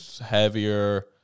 heavier